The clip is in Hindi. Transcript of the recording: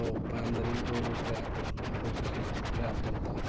और पा आमदनी दोनो पर्याप्त रूप में पर्याप्त होता है